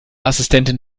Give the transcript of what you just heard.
assistentin